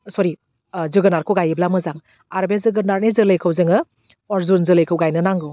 सरि ओह जोगोनारखौ गायोब्ला मोजां आरो बे जोगोनारनि जोलैखौ जोङो अर्जुन जोलैखौ गायनो नांगौ